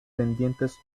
pendientes